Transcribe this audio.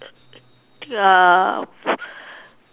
uh